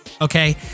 okay